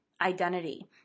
identity